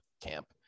camp